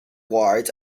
wards